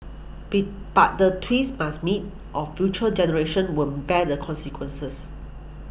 be but the twins must meet or future generations will bear the consequences